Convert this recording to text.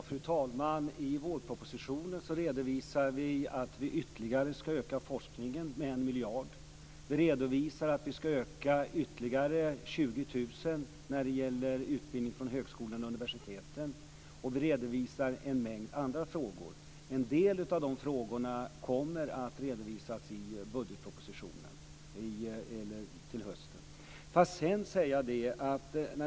Fru talman! I vårpropositionen redovisar vi att vi ytterligare skall öka anslagen till forskningen med en miljard. Vi redovisar att vi skall öka antalet utbildningsplatser på högskolor och universitet med ytterligare 20 000. Vi redovisar också en mängd andra förslag. En del av dessa förslag kommer att redovisas i budgetpropositionen till hösten.